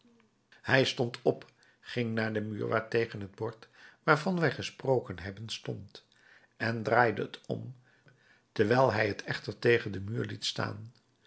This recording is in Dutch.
hij stond op ging naar den muur waartegen het bord waarvan wij gesproken hebben stond en draaide het om terwijl hij t echter tegen den muur liet staan